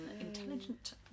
intelligent